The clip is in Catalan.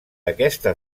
aquesta